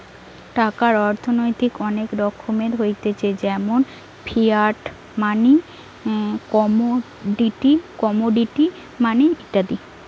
টাকার অর্থনৈতিক অনেক রকমের হতিছে যেমন ফিয়াট মানি, কমোডিটি মানি ইত্যাদি